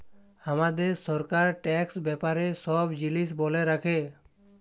হামাদের সরকার ট্যাক্স ব্যাপারে সব জিলিস ব্যলে রাখে